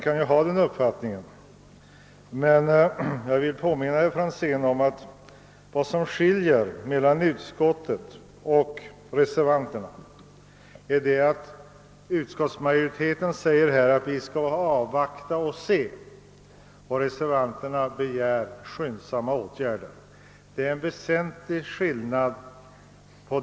Han må ha den uppfattningen, men jag vill påminna om att vad som skiljer utskottet och reservanterna är att utskottsmajoriteten säger att vi skall vänta och se, medan reservanterna begär skyndsamma åtgärder. Det är en väsentlig skillnad.